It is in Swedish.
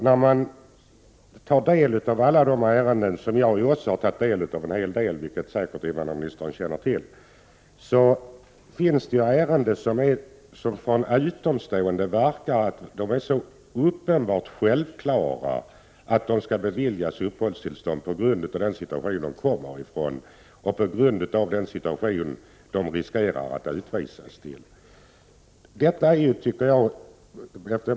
När man tar del av alla dessa ärenden — jag har tagit del av rätt många, vilket säkert invandrarministern känner till — ser man att det finns ärenden som för en utomstående verkar uppenbart självklara, dvs. att vederbörande skall beviljas uppehållstillstånd på grund av den situation som han kommer från och på grund av den situation han riskerar att utvisas till.